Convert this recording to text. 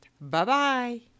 Bye-bye